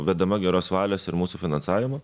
vedama geros valios ir mūsų finansavimo